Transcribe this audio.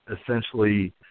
essentially